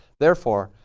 therefore,